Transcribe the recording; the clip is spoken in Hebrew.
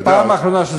פעם אחרונה.